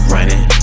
Running